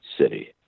city